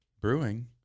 brewing